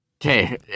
Okay